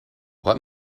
what